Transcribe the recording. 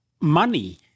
money